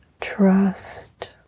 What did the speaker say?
trust